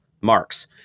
Marx